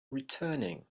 returning